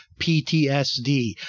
PTSD